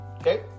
Okay